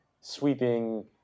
sweeping